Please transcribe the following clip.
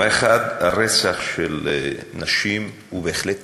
האחד, רצח של נשים הוא בהחלט טרור,